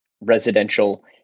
residential